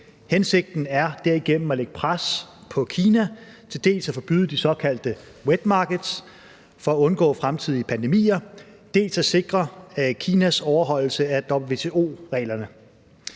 Hensigten er derigennem at lægge pres på Kina for dels at forbyde de såkaldte wet markets for at undgå fremtidige pandemier, dels at sikre Kinas overholdelse af WTO-reglerne.